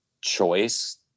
choice